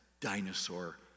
dinosaur